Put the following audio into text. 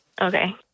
Okay